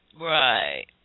Right